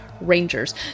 rangers